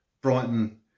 Brighton